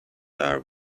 are